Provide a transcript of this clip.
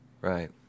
Right